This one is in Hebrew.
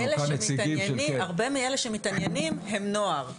הרבה מאלה שמתעניינים הם נוער.